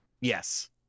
Yes